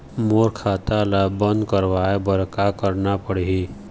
मोर खाता ला बंद करवाए बर का करना पड़ही?